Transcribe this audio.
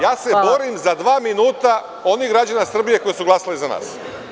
Ja se borim za dva minuta onih građana Srbije koji su glasali za nas.